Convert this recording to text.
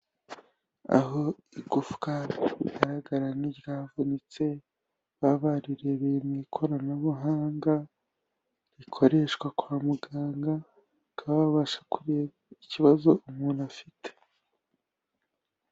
Aho igufwa rigaragara nk'iryavunitse, baba barirebeye mu ikoranabuhanga, rikoreshwa kwa muganga bakaba babasha kureba ikibazo umuntu afite.